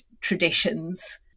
traditions